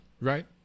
right